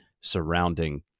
surrounding